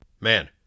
Man